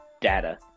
Data